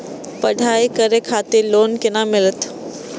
पढ़ाई करे खातिर लोन केना मिलत?